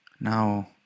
Now